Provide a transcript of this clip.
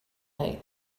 night